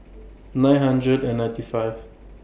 nine hundred and ninety five